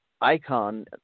icon